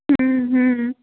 हम्म हम्म